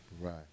Right